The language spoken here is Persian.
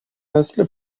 مثل